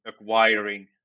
acquiring